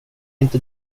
inte